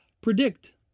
predict